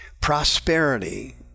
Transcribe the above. Prosperity